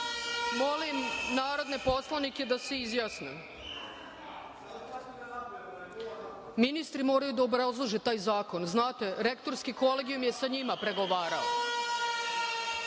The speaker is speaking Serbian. redu. Molim narodne poslanike da se izjasne. Ministri moraju da obrazlože taj zakon, znate Rektorski kolegijum je sa njima pregovarao,